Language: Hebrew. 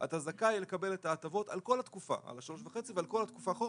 זכאי לקבל את ההטבות על כל התקופה על השלוש וחצי ועל כל התקופה אחורה,